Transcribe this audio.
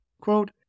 Quote